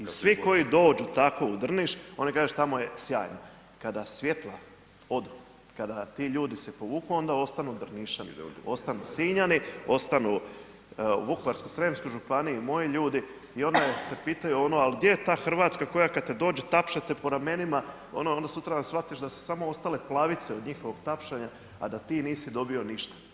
I svi koji dođu tako u Drniš oni kažu tamo je sjajno, kada svjetla odu, kada ti ljudi se povuku onda ostanu Drnišani, ostanu Sinjani, ostanu u Vukovarsko-srijemskom županiji moji ljudi i onda se pitaju al gdje je ta Hrvatska koja kad te dođe tapša te po ramenima, onda sutradan shvatiš da su samo ostale plavice od njihova tapšanja, a da ti nisi dobio ništa.